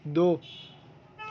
دو